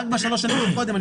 רק בשלוש שנים קודם.